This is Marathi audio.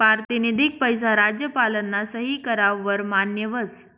पारतिनिधिक पैसा राज्यपालना सही कराव वर मान्य व्हस